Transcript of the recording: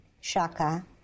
Shaka